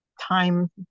time